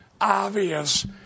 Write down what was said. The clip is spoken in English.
obvious